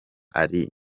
ari